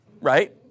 right